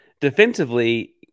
defensively